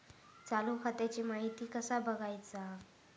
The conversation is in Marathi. चालू खात्याची माहिती कसा बगायचा?